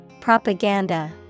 Propaganda